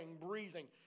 breathing